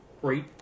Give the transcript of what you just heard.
great